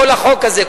כל החוק הזה,